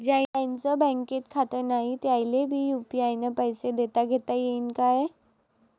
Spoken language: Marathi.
ज्याईचं बँकेत खातं नाय त्याईले बी यू.पी.आय न पैसे देताघेता येईन काय?